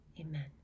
Amen